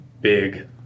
big